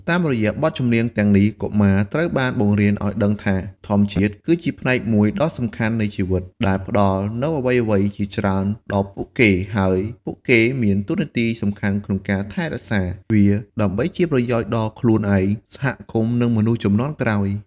តាមរយៈបទចម្រៀងទាំងនេះ កុមារត្រូវបានបង្រៀនឲ្យដឹងថា ធម្មជាតិគឺជាផ្នែកមួយដ៏សំខាន់នៃជីវិត ដែលផ្តល់នូវអ្វីៗជាច្រើនដល់ពួកគេ ហើយពួកគេមានតួនាទីសំខាន់ក្នុងការថែរក្សាវា ដើម្បីជាប្រយោជន៍ដល់ខ្លួនឯង សហគមន៍ និងមនុស្សជំនាន់ក្រោយ។